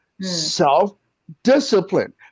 self-discipline